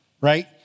right